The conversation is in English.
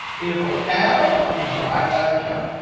it'll add them and divide by the count.